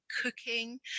cooking